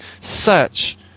search